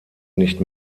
nicht